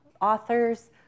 authors